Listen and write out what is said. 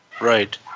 Right